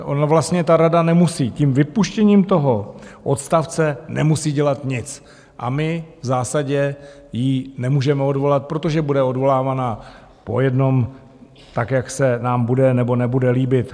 Ona vlastně ta rada nemusí, tím vypuštěním toho odstavce nemusí dělat nic a my v zásadě ji nemůžeme odvolat, protože bude odvolávána po jednom, tak jak se nám bude nebo nebude líbit.